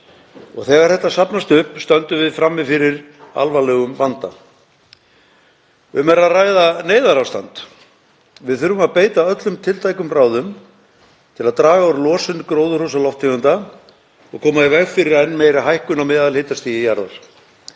Þegar þetta safnast upp stöndum við frammi fyrir alvarlegum vanda. Um er að ræða neyðarástand. Við þurfum að beita öllum tiltækum ráðum til að draga úr losun gróðurhúsalofttegunda og koma í veg fyrir enn meiri hækkun á meðalhitastigi jarðar.